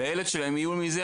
והייתה לנו שיחה